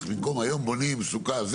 היום בונים סוכה,